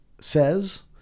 says